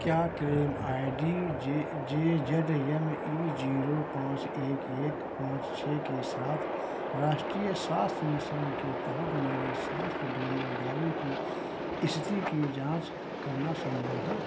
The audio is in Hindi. क्या claim I D J J Z M E zero पाँच एक एक पाँच छह के साथ राष्ट्रीय स्वास्थ्य मिशन के तहत मेरे स्वास्थ्य बीमा दावे की ईस्थिति की जाँच करना सम्भव है